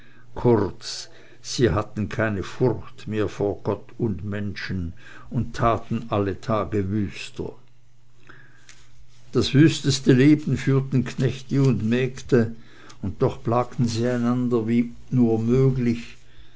kurz sie hatten keine furcht mehr vor gott und menschen und taten alle tage wüster das wüsteste leben führten knechte und mägde und doch plagten sie einander wie nur möglich